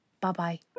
bye-bye